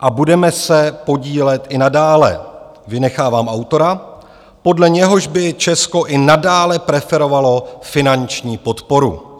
a budeme se podílet i nadále vynechávám autora, podle něhož by Česko i nadále preferovalo finanční podporu.